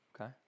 Okay